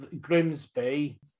Grimsby